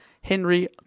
Henry